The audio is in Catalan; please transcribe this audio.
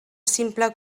simple